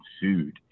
food